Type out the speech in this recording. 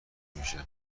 میشه